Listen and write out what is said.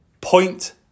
Point